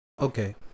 Okay